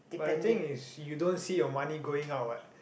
but the thing is you don't see your money going out what